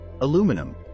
aluminum